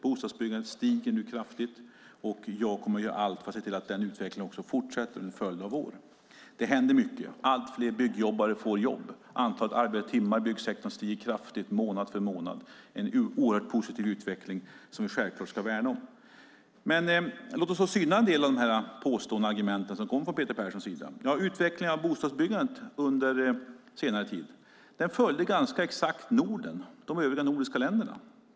Bostadsbyggandet ökar kraftigt, och jag kommer att göra allt för att den utvecklingen ska fortsätta under en följd av år. Det händer mycket. Allt fler byggjobbare får jobb. Antalet arbetade timmar i byggsektorn stiger kraftigt månad för månad. Det är en positiv utveckling som vi självklart ska värna om. Låt oss syna en del av de påståenden och argument som kommer från Peter Persson. Bostadsbyggandet i Sverige följde ganska exakt de övriga nordiska ländernas.